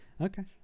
Okay